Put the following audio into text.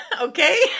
Okay